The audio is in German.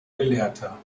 gelehrter